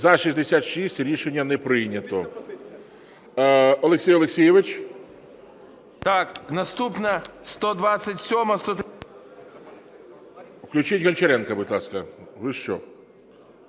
За-66 Рішення не прийнято.